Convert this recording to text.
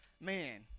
man